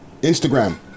Instagram